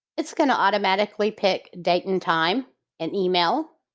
it's going to automatically pick date and time and email